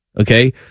okay